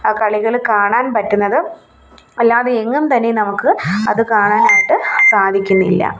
കളികള് കാണാൻ പറ്റുന്നത് അല്ലാതെ എങ്ങും തന്നെ നമുക്ക് അത് കാണാനായിട്ട് സാധിക്കുന്നില്ല